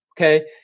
okay